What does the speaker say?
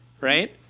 right